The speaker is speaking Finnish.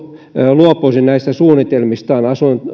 luopuisi näistä suunnitelmistaan